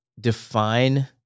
define